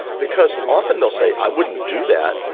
because often they'll say i wouldn't do that.